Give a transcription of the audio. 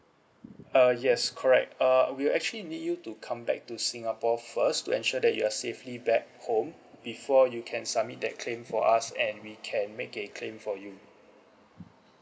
uh yes correct uh we actually need you to come back to singapore first to ensure that you are safely back home before you can submit that claim for us and we can make a claim for you